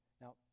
Now